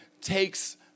takes